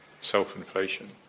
self-inflation